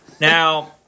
Now